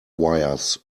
wires